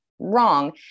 wrong